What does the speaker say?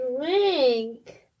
drink